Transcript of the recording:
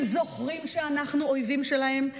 הם זוכרים שאנחנו אויבים שלהם,